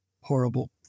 horrible